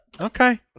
Okay